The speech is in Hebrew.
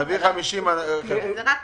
אנחנו רוצים